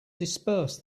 disperse